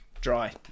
dry